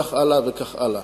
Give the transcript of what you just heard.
וכך הלאה וכך הלאה.